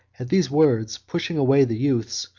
at these words, pushing away the youths,